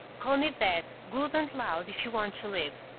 call me dad, good and loud, if you want to live.